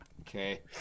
Okay